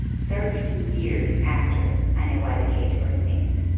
thirteen years after. i know why the caged bird sings.